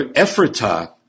Ephrata